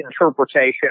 interpretation